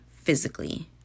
physically